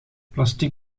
plastic